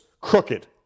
crooked